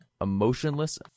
emotionless